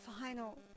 final